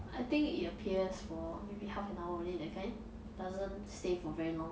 I think it appears for maybe half an hour only that kind doesn't stay for very long